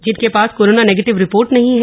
जिनके पास corona negative report नहीं है